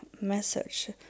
message